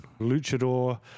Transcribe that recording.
luchador